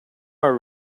are